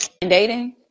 dating